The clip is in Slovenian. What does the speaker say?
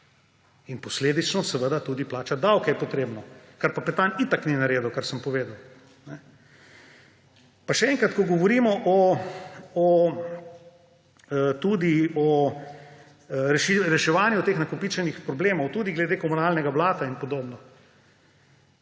In posledično seveda tudi plačati davke je potrebno, kar pa Petan itak ni naredil, kar sem povedal. Pa še enkrat, ko govorimo o reševanju teh nakopičenih problemov, tudi glede komunalnega blata in podobno,